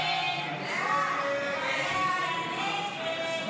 הסתייגות 19 לא נתקבלה.